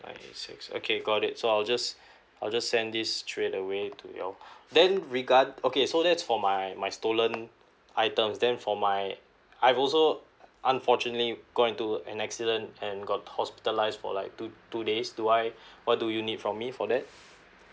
five eight six okay got it so I'll just I'll just send these straight away to you all then regard~ okay so that's for my my stolen items then for my I've also unfortunately got into an accident and got hospitalised for like two two days do I what do you need from me for that